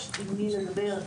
יש עם מי לדבר.